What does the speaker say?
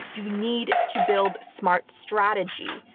you need to build smart strategy.